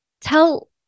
Tell